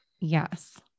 yes